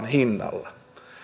hinnalla